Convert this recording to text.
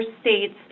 state's